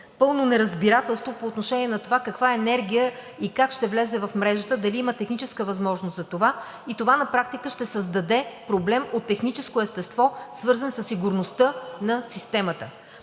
пълно неразбирателство по отношение на това каква енергия и как ще влезе в мрежата – дали има техническа възможност за това и това на практика ще създаде проблем от техническо естество, свързан със сигурността на системата,